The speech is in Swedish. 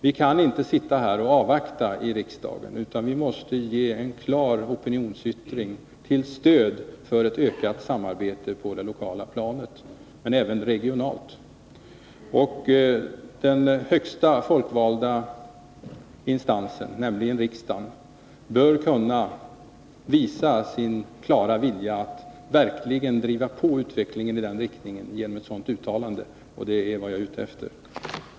Vi kan inte bara sitta här i riksdagen och avvakta, utan vi måste ge till känna en klar opinionsyttring, till stöd för ett ökat samarbete på det lokala planet — men även regionalt. Den högsta folkvalda instansen, nämligen riksdagen, bör kunna visa sin klara vilja att verkligen driva på utvecklingen i den riktningen genom ett sådant uttalande, och det är vad jag är ute efter.